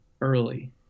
early